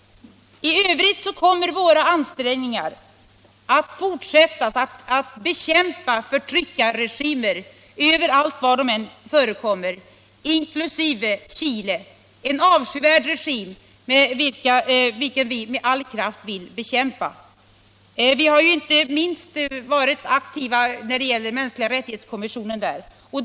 I övrigt kommer vi att fortsätta våra ansträngningar att bekämpa förtryckarregimer överallt, var de än förekommer — inklusive den i Chile, en avskyvärd regim som vi med all kraft vill motarbeta. Inte minst har vi varit aktiva när det gäller kommissionen för de mänskliga rättigheterna i Chile.